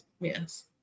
Yes